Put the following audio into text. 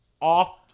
off